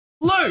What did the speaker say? Luke